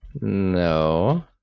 No